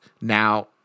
now